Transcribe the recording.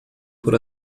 por